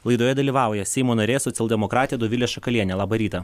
laidoje dalyvauja seimo narė socialdemokratė dovilė šakalienė labą rytą